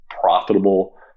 profitable